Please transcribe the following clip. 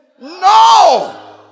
no